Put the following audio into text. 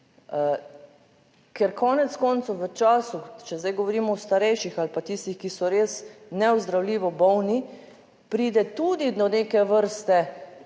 Ker konec koncev v času, če zdaj govorimo o starejših ali pa tistih, ki so res neozdravljivo bolni, pride tudi do neke vrste,